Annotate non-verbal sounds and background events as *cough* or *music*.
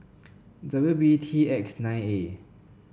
*noise* W B T X nine A